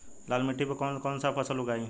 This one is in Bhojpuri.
लाल मिट्टी पर कौन कौनसा फसल उगाई?